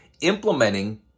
implementing